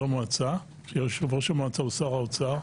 המועצה כשיושב ראש המועצה הוא שר האוצר.